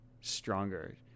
stronger